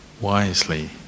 wisely